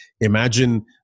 imagine